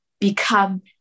become